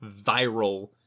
viral